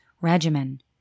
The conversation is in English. regimen